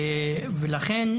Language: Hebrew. לכן,